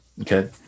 Okay